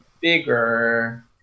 bigger